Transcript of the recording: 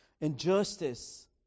Injustice